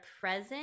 present